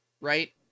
right